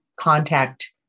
contact